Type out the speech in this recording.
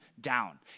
down